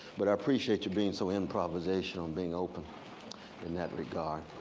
but i appreciate you being so improvisational, and being open in that regard.